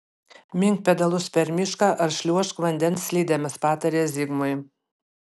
mink pedalus per mišką ar šliuožk vandens slidėmis patarė zigmui